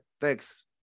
Thanks